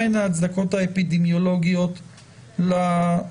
מה הן ההצדקות האפידמיולוגיות להרחבה.